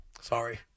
Sorry